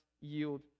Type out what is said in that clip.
yield